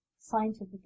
scientific